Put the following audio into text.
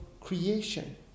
creation